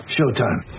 Showtime